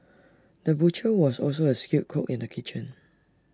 the butcher was also A skilled cook in the kitchen